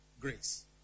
Grace